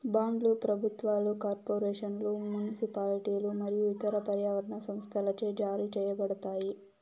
బాండ్లు ప్రభుత్వాలు, కార్పొరేషన్లు, మునిసిపాలిటీలు మరియు ఇతర పర్యావరణ సంస్థలచే జారీ చేయబడతాయి